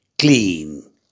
Clean